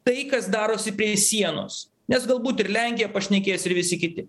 tai kas darosi prie sienos nes galbūt ir lenkija pašnekės ir visi kiti